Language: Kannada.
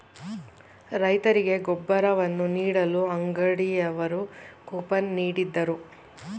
ರೈತರಿಗೆ ಗೊಬ್ಬರವನ್ನು ನೀಡಲು ಅಂಗಡಿಯವರು ಕೂಪನ್ ನೀಡಿದರು